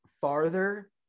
farther